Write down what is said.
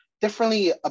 differently